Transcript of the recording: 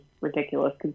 ridiculous